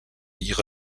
ihre